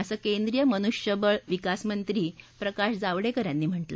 असं केंद्रीय मनुष्यबळ विकासमंत्री प्रकाश जावडेकर यांनी सांगितलं